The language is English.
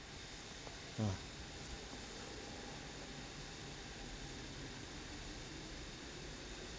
ah